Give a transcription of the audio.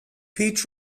luna